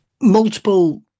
Multiple